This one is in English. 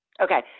Okay